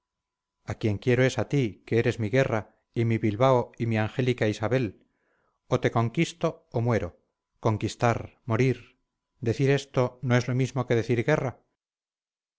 a quien quiero es a ti que eres mi guerra y mi bilbao y mi angélica isabel o te conquisto o muero conquistar morir decir esto no es lo mismo que decir guerra